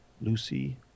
Lucy